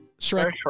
Shrek